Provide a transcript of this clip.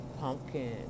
Pumpkin